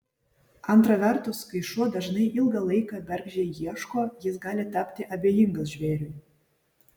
antra vertus kai šuo dažnai ilgą laiką bergždžiai ieško jis gali tapti abejingas žvėriui